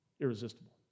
irresistible